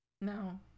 no